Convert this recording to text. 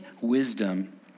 wisdom